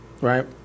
right